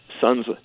son's